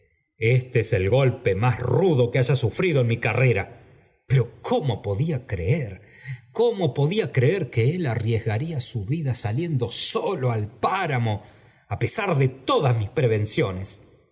este es el golpe más rudo que haya sufrido en mi carrera pero cómo podía creer cómo podía creer que él arriesgaría su vida saliendo solo al páramo á pesar de todas mis prevenciones